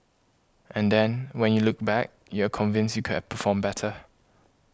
and then when you look back you are convinced you could have performed better